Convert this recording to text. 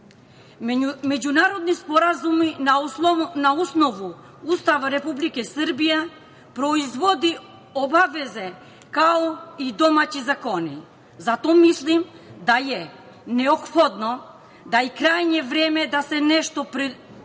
Međunarodni sporazumi na osnovu Ustava Republike Srbije proizvodi obaveze kao i domaći zakoni. Zato mislim da je neophodno i da je krajnje vreme da se nešto preduzme